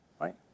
Right